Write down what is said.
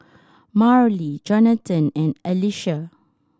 Marlie Jonatan and Alicia